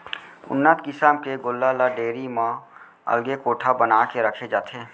उन्नत किसम के गोल्लर ल डेयरी म अलगे कोठा बना के रखे जाथे